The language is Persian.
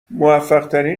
موفقترین